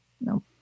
No